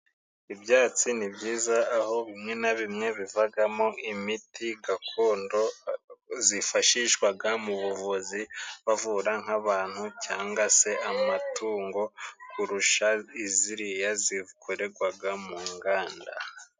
Ibyatsi ni byiza aho bimwe na bimwe bivagamo imiti gakondo zifashishwaga mu buvuzi bavura nk'abantu cyangwa se amatungo kurusha ziriya zikorerwaga mu nganda.